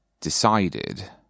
decided